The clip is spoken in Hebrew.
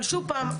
אבל שוב פעם,